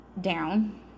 down